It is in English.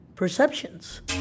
perceptions